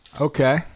Okay